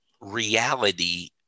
reality